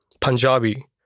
Punjabi